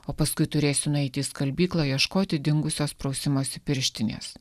o paskui turėsiu nueiti į skalbyklą ieškoti dingusios prausimosi pirštinės